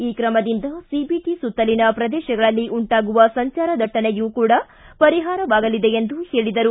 ಈ ತ್ರಮದಿಂದ ಸಿಬಿಟಿ ಸುತ್ತಲಿನ ಪ್ರದೇಶಗಳಲ್ಲಿ ಉಂಟಾಗುವ ಸಂಚಾರ ದಟ್ಟಣೆಯು ಕೂಡ ಪರಿಹಾರವಾಗಲಿದೆ ಎಂದರು